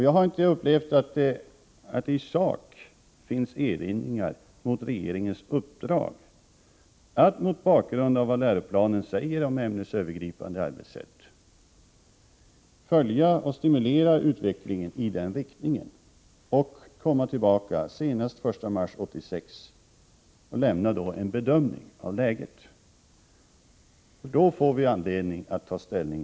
Jag har inte upplevt att det i sak finns erinringar mot regeringens uppdrag att mot bakgrund av vad läroplanen säger om ämnesövergripande arbetssätt följa och stimulera utvecklingen i den riktningen och komma tillbaka senast den 1 mars 1986 med en bedömning av läget. Då får vi anledning att här ta ställning.